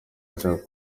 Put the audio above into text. ashaka